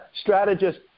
strategist